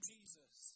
Jesus